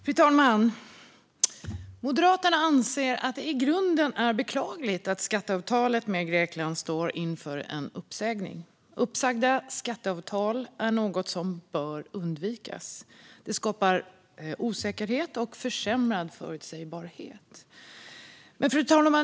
Fru talman! Moderaterna anser att det i grunden är beklagligt att skatteavtalet med Grekland står inför en uppsägning. Uppsagda skatteavtal är något som bör undvikas. Det skapar osäkerhet och försämrad förutsägbarhet.